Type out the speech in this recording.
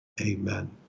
amen